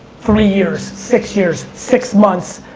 three years, six years, six months,